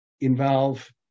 involve